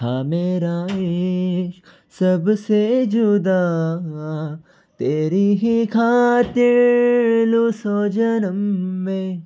हा मेरा इश्क सबसे जुदा तेरी ही खातीर लो सौ जनम मे